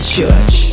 Church